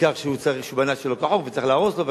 בעיקר כשהוא בנה שלא כחוק וצריך להרוס לו,